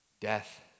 Death